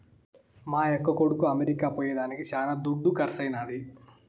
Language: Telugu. మా యక్క కొడుకు అమెరికా పోయేదానికి శానా దుడ్డు కర్సైనాది